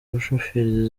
umushoferi